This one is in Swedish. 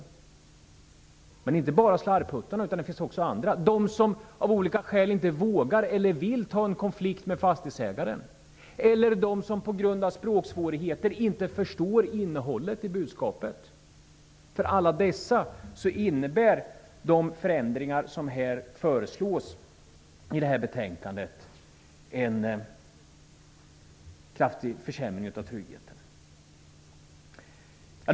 Men det gäller inte bara slarvputtarna utan också andra: de som av olika skäl inte vågar eller vill ta en konflikt med fastighetsägaren eller som på grund av språksvårigheter inte förstår innehållet i budskapet. För alla dessa innebär de förändringar som föreslås i betänkandet en kraftig försämring av tryggheten.